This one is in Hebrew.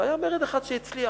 והיה מרד אחד שהצליח.